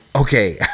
okay